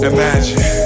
Imagine